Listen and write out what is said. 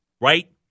right